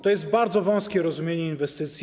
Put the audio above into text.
To jest bardzo wąskie rozumienie inwestycji.